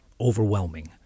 overwhelming